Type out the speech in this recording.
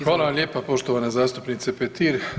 Hvala vam lijepa poštovana zastupnice Petir.